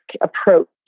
approach